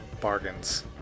bargains